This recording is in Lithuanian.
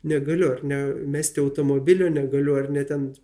negaliu ar ne mesti automobilio negaliu ar ne ten